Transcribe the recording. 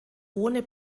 ohne